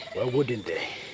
wouldn't they?